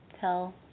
tell